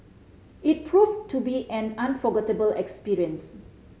it proved to be an unforgettable experience